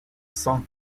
sans